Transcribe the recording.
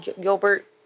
Gilbert